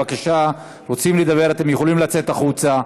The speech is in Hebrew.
בבקשה, רוצים לדבר, אתם יכולים לצאת החוצה.